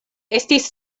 estis